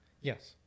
Yes